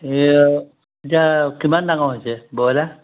এই এতিয়া কিমান ডাঙৰ হৈছে ব্ৰইলাৰ